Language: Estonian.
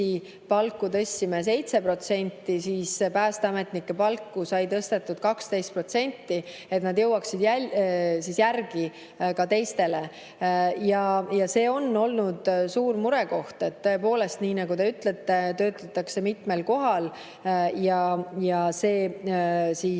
palku tõstsime 7%, aga päästeametnike palku sai tõstetud 12%, et nad jõuaksid teistele järele. See on olnud suur murekoht, tõepoolest, nii nagu te ütlete, et töötatakse mitmel kohal. See on